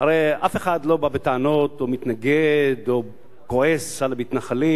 הרי אף אחד לא בא בטענות או מתנגד או כועס על המתנחלים